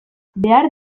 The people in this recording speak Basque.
behar